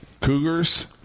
cougars